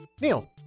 Neil